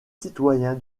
citoyen